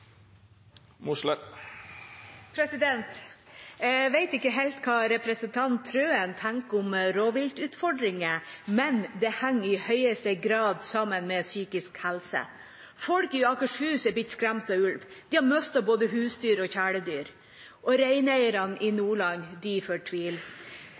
Jeg vet ikke helt hva representanten Wilhelmsen Trøen tenker om rovdyrutfordringer, men det henger i høyeste grad sammen med psykisk helse. Folk i Akershus er blitt skremt av ulv. De har mistet både husdyr og kjæledyr. Og reineierne i